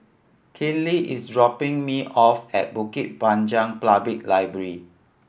Kinley is dropping me off at Bukit Panjang Public Library